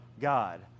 God